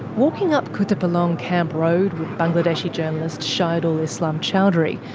walking up kutupalong camp road with bangladeshi journalist shahidul islam chowdhury,